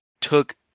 took